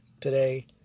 today